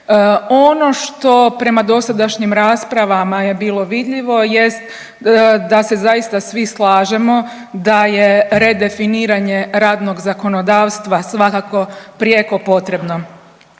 Ono što prema dosadašnjim raspravama je bilo vidljivo jest da se zaista svi slažemo da je redefiniranje radnog zakonodavstva svakako prijeko potrebno.